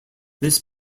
this